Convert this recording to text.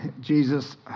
Jesus